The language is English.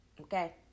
Okay